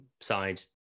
side